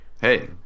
Hey